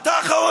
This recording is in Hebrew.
רד למטה.